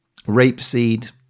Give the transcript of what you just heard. rapeseed